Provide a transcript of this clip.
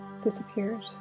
disappeared